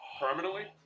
Permanently